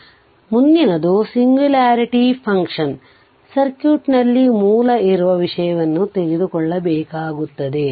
ಆದ್ದರಿಂದ ಮುಂದಿನದು singularity function ಸರ್ಕ್ಯೂಟ್ನಲ್ಲಿ ಮೂಲ ಇರುವ ವಿಷಯವನ್ನು ತೆಗೆದುಕೊಳ್ಳಬೇಕಾಗುತ್ತದೆ